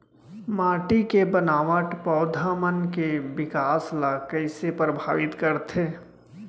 माटी के बनावट पौधा मन के बिकास ला कईसे परभावित करथे